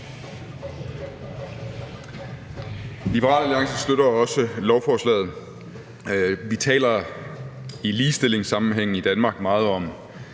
Liberal Alliance støtter også lovforslaget. Vi taler i ligestillingssammenhænge i Danmark meget om,